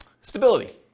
stability